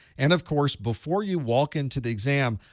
and, of course, before you walk into the exam,